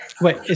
Wait